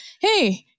hey